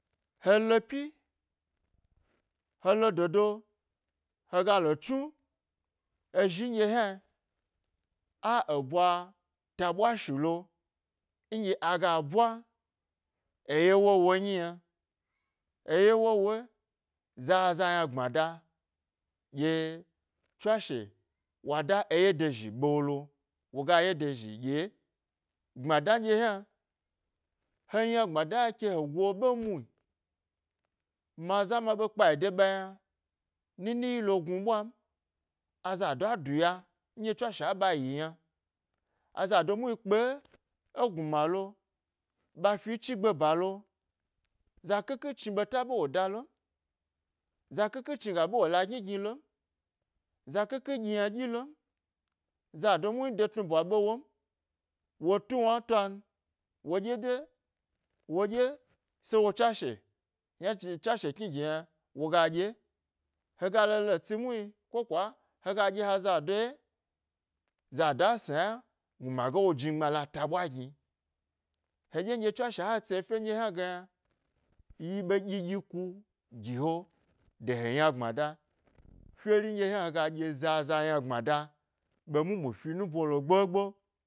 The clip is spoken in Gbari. Helo, helo dodo hegalo chnu ezhi nɗye hna a e ɓwa tabwa shilo, nɗye aga ɓwa eye wowo nyi yna, eye wowoi zaza yna gbmada ɗye tswashe, wada eye dozhi ɓewolo woga eye dozhi ɗye gbmada nɗye yna, he yna gbmada hna ke he go ɓe mu, ma za ma ɓe kpayi ɓa yna, nini ɓale gnu ɓwan, azadoa duya, n tswashe a ɓa yi yna azado mu hni kpe, e gnuma lo, ɓa fichi gbe balo, za ƙhikhi chni ɓeta ɓe wo da lon, za ƙhikchi chni ga ɓe wo la gni gni lom, zakhi khi ɗyi yna ɗyi lom, zado nyi wo de tnu ɓwa ɓe won wo tuwna toan woɗye de, woɗye sai wo tswashe yna tswa, tswashe kni gibe yna woga ɗye, hega lo le tsi mu hni ko kwa hega ɗye aza ye zado a sna yna, gnuma ga wo jnigbma la ta ɓwa gni heɗye nɗye tswashe he tsi efye nɗye hna ge yna yi ɓe ɗyi ɗyi ku gi he, gye he yna gbmada, fyeri nɗye hna, hega dye zaza yna gbmada, ɓe mumu fe nubolo gbo gbo.